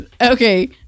okay